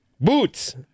Boots